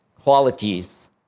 qualities